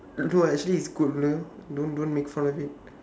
no ah actually it's good you know don't don't make fun of it